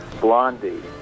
Blondie